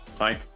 Hi